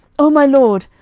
o my lord,